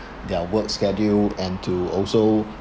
their work schedule and to also